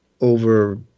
over